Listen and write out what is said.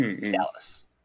Dallas